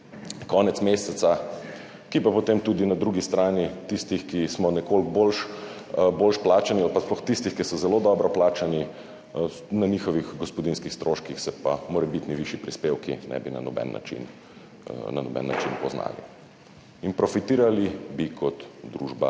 konec meseca. Pa potem na drugi strani tistih, ki smo nekoliko boljše plačani, ali pa sploh tistih, ki so zelo dobro plačani, na njihovih gospodinjskih stroških se pa morebitni višji prispevki ne bi na noben način poznali. In profitirali bi kot družba